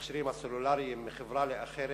המכשירים הסלולריים, מחברה לאחרת,